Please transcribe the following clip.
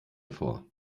vor